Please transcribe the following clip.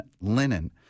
linen